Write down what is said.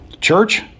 Church